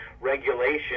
regulation